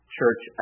church